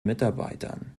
mitarbeitern